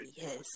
Yes